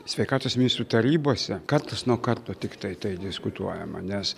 sveikatos ministrų tarybose kartas nuo karto tiktai tai diskutuojama nes